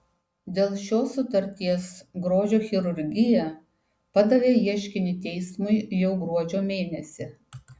dėl šios sutarties grožio chirurgija padavė ieškinį teismui jau gruodžio mėnesį